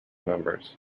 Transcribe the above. members